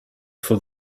for